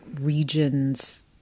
regions